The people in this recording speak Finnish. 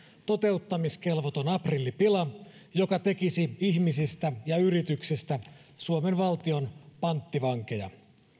toteuttamiskelvoton aprillipila joka tekisi ihmisistä ja yrityksistä suomen valtion panttivankeja